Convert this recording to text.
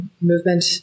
movement